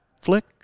Flick